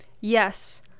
Yes